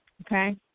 Okay